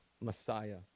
Messiah